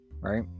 Right